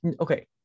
Okay